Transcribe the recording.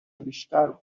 بیشتر